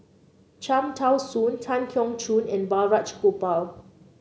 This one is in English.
Cham Tao Soon Tan Keong Choon and Balraj Gopal